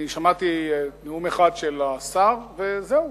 אני שמעתי נאום אחד של השר, וזהו.